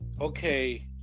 okay